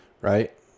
Right